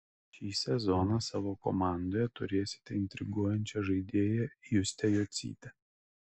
šį sezoną savo komandoje turėsite intriguojančią žaidėją justę jocytę